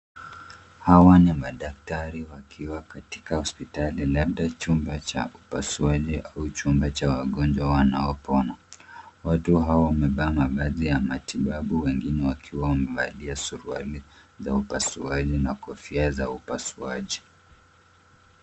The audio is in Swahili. Hawa ni madaktari wakiwa katika hospitali labda kwenye chumba cha upasuaji au chumba cha wagonjwa wanaopona. Watu hao wamevaa mavazi ya matibabu, wengine wakiwa wamevalia suruali za upasuaji, na kofia za upasuaji.